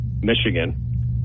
Michigan